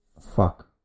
Fuck